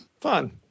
Fun